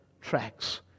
tracks